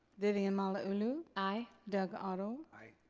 vivian malauulu? aye. doug otto? aye.